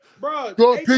Bro